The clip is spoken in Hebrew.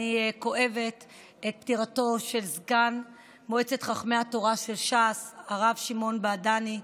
אני כואבת את פטירתו של סגן מועצת חכמי התורה של ש"ס הרב שמעון בעדני,